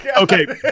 okay